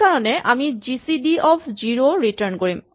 সেইকাৰণে আমি G C D of zero return কৰিম